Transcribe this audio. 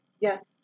Yes